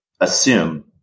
assume